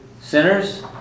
sinners